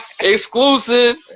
exclusive